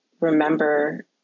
remember